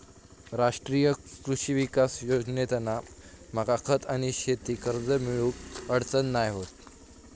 राष्ट्रीय कृषी विकास योजनेतना मका खत आणि शेती कर्ज मिळुक अडचण नाय होत